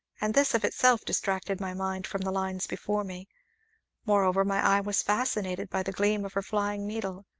and this of itself distracted my mind from the lines before me moreover, my eye was fascinated by the gleam of her flying needle,